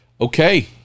okay